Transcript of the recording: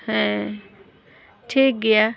ᱦᱮᱸ ᱴᱷᱤᱠ ᱜᱮᱭᱟ